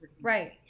Right